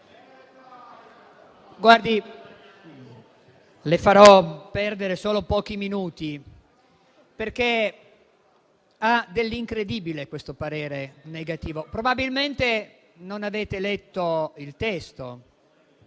le farò perdere solo pochi minuti, perché ha dell'incredibile questo parere negativo. Probabilmente non avete letto il testo,